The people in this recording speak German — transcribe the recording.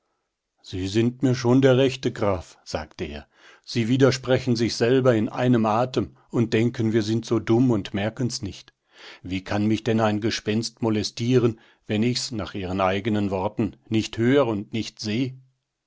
sie sind mir schon der rechte graf sagte er sie widersprechen sich selber in einem atem und denken wir sind so dumm und merken's nicht wie kann mich denn ein gespenst molestieren wenn ich's nach ihren eigenen worten nicht hör und nicht seh